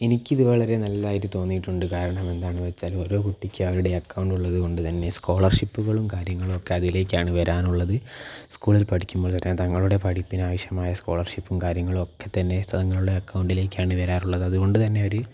എനിക്കിത് വളരെ നല്ലതായിട്ട് തോന്നിയിട്ടുണ്ട് കാരണം എന്താണെന്നു വച്ചാൽ ഓരോ കുട്ടിക്കും അവരുടെ അക്കൗണ്ട് ഉള്ളത് കൊണ്ട് തന്നെ സ്കോളർഷിപ്പുകളും കാര്യങ്ങളുമൊക്കെ അതിലേക്കാണ് വരാനുള്ളത് സ്കൂളിൽ പഠിക്കുമ്പോൾ തന്നെ തങ്ങളുടെ പഠിപ്പിനാവശ്യമായ സ്കോളർഷിപ്പും കാര്യങ്ങളുമൊക്കെ തന്നെ തങ്ങളുടെ അക്കൗണ്ടിലേക്കാണ് വരാറുള്ളത് അതുകൊണ്ട് തന്നെ അവർ